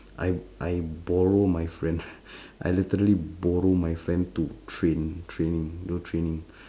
I I borrow my friend I literally borrow my friend to train training do training